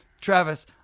Travis